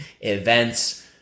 events